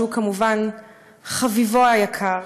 שהוא כמובן חביבו היקר,